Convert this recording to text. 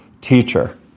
teacher